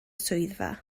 swyddfa